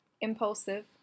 Impulsive